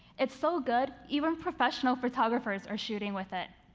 it's so good, even professional photographers are shooting with it.